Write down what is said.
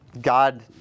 God